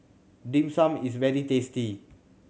Dim Sum is very tasty